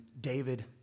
David